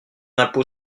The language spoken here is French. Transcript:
impôt